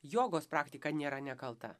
jogos praktika nėra nekalta